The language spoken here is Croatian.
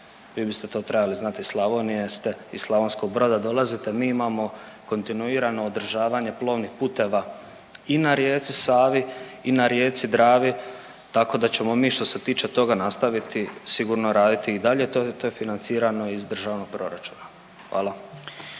vi biste to trebali znati, iz Slavonije ste, iz Slavonskog Broda dolazite. Mi imamo kontinuirano održavanje plovnih puteva i na rijeci Savi i na rijeci Dravi, tako da ćemo mi što se tiče toga nastaviti sigurno raditi i dalje. To je, to je financirano iz državnog proračuna, hvala.